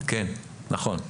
נכון.